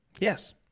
Yes